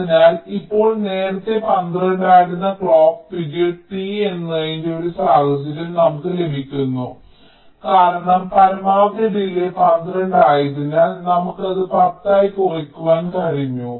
അതിനാൽ ഇപ്പോൾ നേരത്തേ 12 ആയിരുന്ന ക്ലോക്ക് പിരീഡ് T എന്നതിന്റെ ഒരു സാഹചര്യം നമുക്ക് ലഭിക്കുന്നു കാരണം പരമാവധി ഡിലേയ് 12 ആയതിനാൽ നമുക്ക് അത് 10 ആയി കുറയ്ക്കുവാൻ കഴിഞ്ഞു